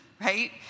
right